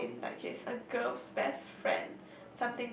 or in that case a girl's best friend